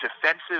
defensive